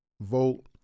vote